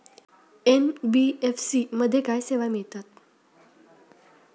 NBFC मध्ये काय सेवा मिळतात?